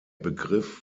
begriff